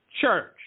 church